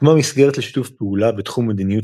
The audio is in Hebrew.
הוקמה מסגרת לשיתוף פעולה בתחום מדיניות